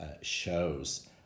shows